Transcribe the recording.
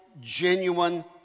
genuine